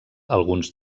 alguns